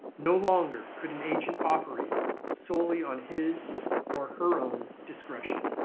no longer could an agent operate solely on his or her own discretion.